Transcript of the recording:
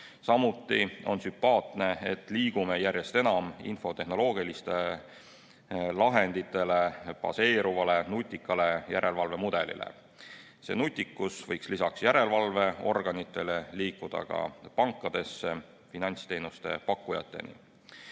Samuti on sümpaatne, et liigume järjest enam infotehnoloogilistel lahenditel baseeruva nutika järelevalvemudeli poole. See nutikus võiks lisaks järelevalveorganitele liikuda ka pankadesse, finantsteenuste pakkujateni.